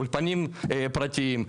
אולפנים פרטיים,